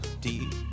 Deep